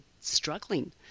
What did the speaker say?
struggling